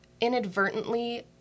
inadvertently